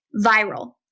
Viral